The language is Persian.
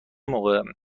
موقع